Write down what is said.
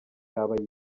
yaba